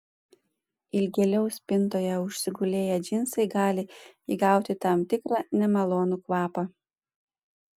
ilgėliau spintoje užsigulėję džinsai gali įgauti tam tikrą nemalonų kvapą